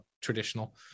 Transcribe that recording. traditional